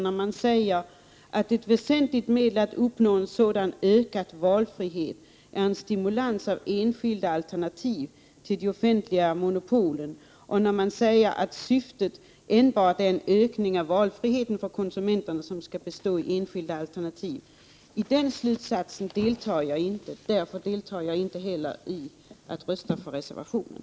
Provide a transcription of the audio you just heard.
Där säger man: ”Ett väsentligt medel att uppnå en sådan ökad valfrihet är en stimulans av enskilda alternativ till de offentliga monopolen” ; inte heller kan jag hålla med när man påstår att syftet enbart är en ökning av valfriheten för konsumenterna mellan enskilda alternativ. I den slutsatsen instämmer jag inte, och därför deltar jag inte heller i röstningen på reservationen.